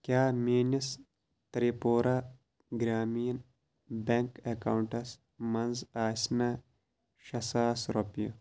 کیٛاہ میٛٲنِس تِرٛپوٗرا گرٛامیٖن بیٚنٛک اَکاونٹَس منٛز آسہِ نا شےٚ ساس رۄپیہِ